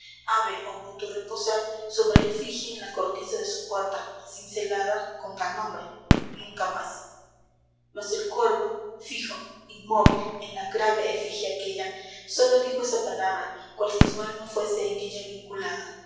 ave o bruto reposar sobre efigie en la cornisa de su puerta cincelada con tal nombre nunca más mas el cuervo fijo inmóvil en la grave efigie aquella sólo dijo esa palabra cual si su alma fuese en ella vinculada ni